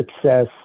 success